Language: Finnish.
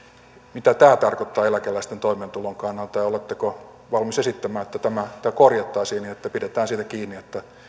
mitä tämä tarkoittaa eläkeläisten toimeentulon kannalta ja ja oletteko valmiita esittämään että tämä tämä korjattaisiin ja että pidetään siitä kiinni että